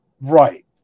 right